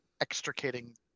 extricating